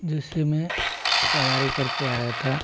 जिसे मैं सवारी करके आया था